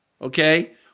okay